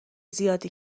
زیادی